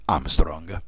Armstrong